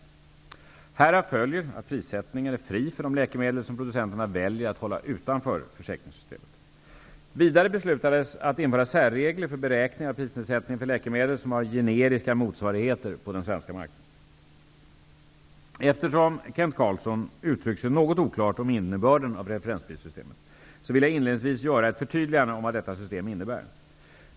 Härav följer att prissättningen är fri för de läkemedel som producenterna väljer att hålla utanför försäkringssystemet. Vidare beslutades att införa särregler för beräkningen av prisnedsättningen för läkemedel som har generiska motsvarigheter på den svenska marknaden. Eftersom Kent Carlsson uttryckt sig något oklart om innebörden av referensprissystemet vill jag inledningsvis göra ett förtydligande om vad detta system innebär.